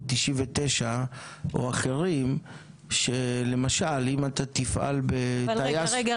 99 או אחרים שלמשל אם אתה תפעל בטייס --- רגע,